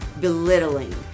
belittling